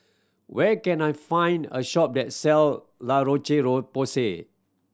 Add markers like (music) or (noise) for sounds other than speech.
where can I find a shop that sell La Roche (unintelligible) Porsay